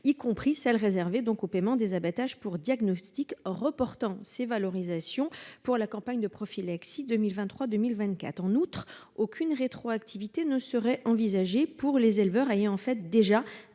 y compris celle réservée donc au paiement des abattages pour diagnostic reportant ces valorisations pour la campagne de prophylaxie, 2023 2024. En outre, aucune rétroactivité ne serait envisagée pour les éleveurs ayant fait déjà